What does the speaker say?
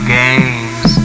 games